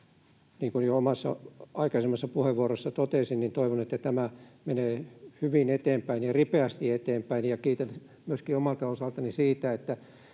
kuin jo omassa aikaisemmassa puheenvuorossani totesin, toivon, että tämä menee hyvin ja ripeästi eteenpäin, ja kiitän myöskin omalta osaltani siitä, että